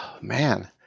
man